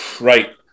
Right